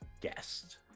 guest